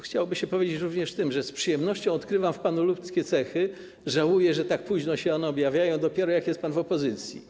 Chciałoby się powiedzieć, że z przyjemnością odkrywam w panu ludzkie cechy, żałuję, że tak późno się one objawiają, dopiero jak jest pan w opozycji.